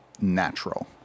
natural